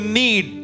need